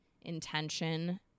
intention